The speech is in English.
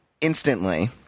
instantly